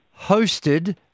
hosted